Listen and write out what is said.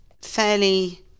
fairly